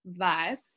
vibe